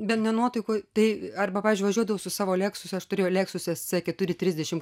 bet ne nuotaikoj tai arba pavyzdžiui važiuodavau su savo leksus aš turėjau leksus c keturi trisdešimt